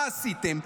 מה עשיתם?